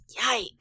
Yikes